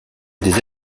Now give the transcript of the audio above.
des